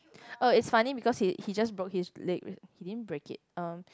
oh it's funny because he he just broke his leg he didn't break it uh